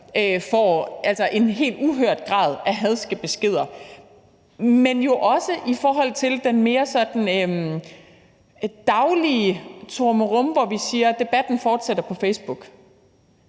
får et helt uhørt antal hadske beskeder. Men der er jo også noget i forhold til den mere daglige trummerum, hvor vi siger: Debatten fortsætter på Facebook.